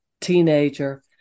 teenager